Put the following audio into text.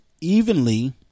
evenly